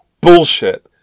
Bullshit